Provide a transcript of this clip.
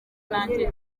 nanjye